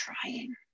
trying